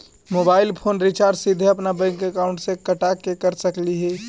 Mobile phone recharge सीधे अपन bank account से कटा के कर सकली ही?